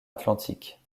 atlantique